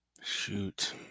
Shoot